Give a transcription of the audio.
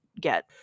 get